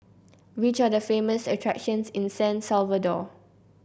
which are the famous attractions in San Salvador